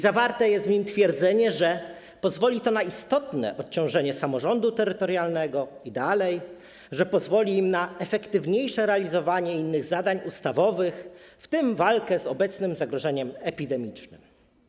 Zawarte jest w nim twierdzenie, że pozwoli to na istotne odciążenie samorządu terytorialnego, i dalej, że pozwoli im na efektywniejsze realizowanie innych zadań ustawowych, w tym walkę z obecnym zagrożeniem epidemicznym.